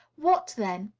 what, then,